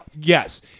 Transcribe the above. Yes